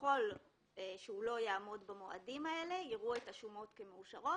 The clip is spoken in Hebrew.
ככל שהוא לא יעמוד במועדים האלה יראו את השומות כמאושרות.